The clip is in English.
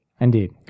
Indeed